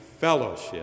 fellowship